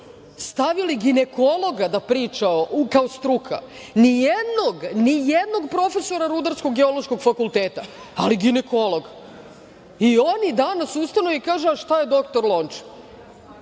stavili ginekologa da priča kao struka. Ni jednog profesora Rudarsko geološkog fakulteta, ali ginekolog. I oni danas ustanu i kažu - šta je doktor Lončar.